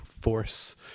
force